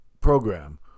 program